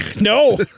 no